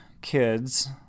kids